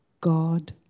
God